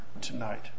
tonight